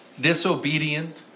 disobedient